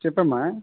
చెప్పు అమ్మ